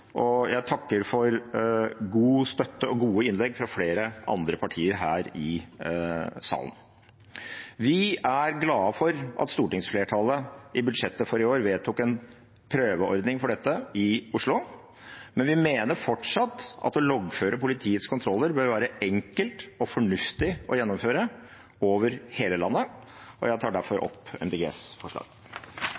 og jeg takker for god støtte og gode innlegg fra flere andre partier her i salen. Vi er glade for at stortingsflertallet i budsjettet for i år vedtok en prøveordning for dette i Oslo, men vi mener fortsatt at å loggføre politiets kontroller bør være enkelt og fornuftig å gjennomføre over hele landet, og jeg tar derfor